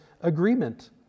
agreement